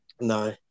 No